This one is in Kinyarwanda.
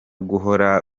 guhora